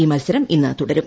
ഈ മൽസരം ഇന്ന് തുടരും